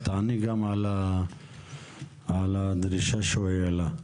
תעני גם על הדרישה שהוא העלה.